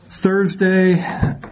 Thursday